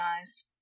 eyes